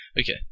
Okay